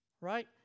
right